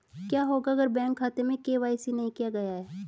क्या होगा अगर बैंक खाते में के.वाई.सी नहीं किया गया है?